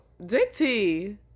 JT